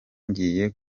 ngiye